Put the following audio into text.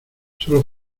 sólo